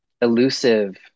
elusive